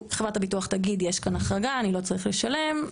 חברת הביטוח תגיד יש כאן החרגה, אני לא צריך לשלם.